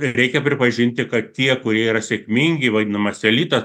reikia pripažinti kad tie kurie yra sėkmingi vadinamas elitas